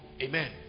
Amen